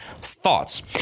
thoughts